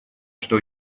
что